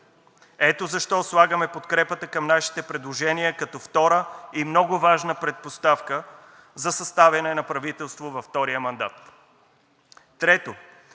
Ето защо слагаме подкрепата към нашите предложения като втора и много важна предпоставка за съставяне на правителство във втория мандат.